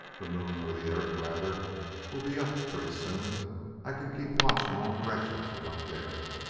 the moon or the earth, rather will be up pretty soon i can keep watch in all directions from up there.